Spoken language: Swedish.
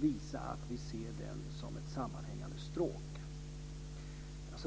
visa att vi ser den som ett sammanhängande stråk.